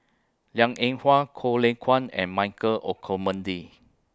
Liang Eng Hwa Goh Lay Kuan and Michael Olcomendy